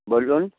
বলুন